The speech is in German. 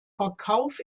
verkauf